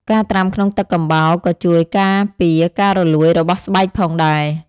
ការត្រាំក្នុងទឹកកំបោរក៏ជួយការពារការរលួយរបស់ស្បែកផងដែរ។